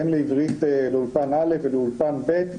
הן לעברית באולפן א' ובאולפן ב'.